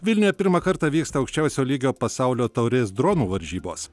vilniuje pirmą kartą vyksta aukščiausio lygio pasaulio taurės dronų varžybos